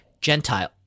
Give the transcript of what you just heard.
Gentile